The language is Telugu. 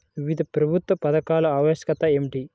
వివిధ ప్రభుత్వా పథకాల ఆవశ్యకత ఏమిటి?